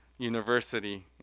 university